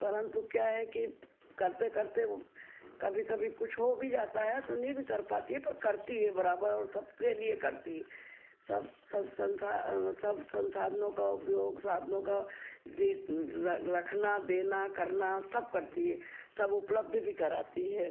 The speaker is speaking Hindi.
परंतु क्या है कि करते करते वो कभी कभी कुछ हो भी जाता है तो नहीं भी कर पाती है पर करती है बराबर और सबके लिए करती है सब सब संसार सब संसाधनों का उपयोग साधनों का दी रखना देना करना सब करती है सब उपलब्ध भी कराती है